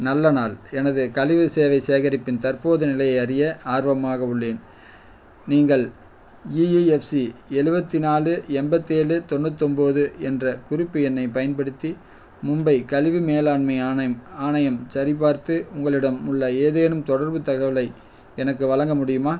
நல்ல நாள் எனது கழிவு சேவை சேகரிப்பின் தற்போது நிலையை அறிய ஆர்வமாக உள்ளேன் நீங்கள் இஇஎஃப்சி எழுவத்தி நாலு எம்பத்தேழு தொண்ணூத்தொம்பது என்ற குறிப்பு எண்ணைப் பயன்படுத்தி மும்பை கழிவு மேலாண்மை ஆணையம் ஆணையம் சரிபார்த்து உங்களிடம் உள்ள ஏதேனும் தொடர்பு தகவலை எனக்கு வழங்க முடியுமா